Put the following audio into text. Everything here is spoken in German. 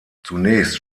zunächst